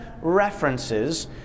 references